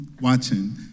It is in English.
watching